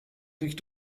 sich